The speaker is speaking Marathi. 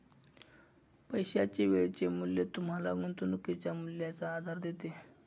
पैशाचे वेळेचे मूल्य तुम्हाला गुंतवणुकीच्या मूल्याचा आधार देते